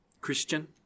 Christian